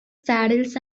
saddles